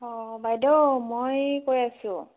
অ' বাইদেউ মই কৈ আছোঁ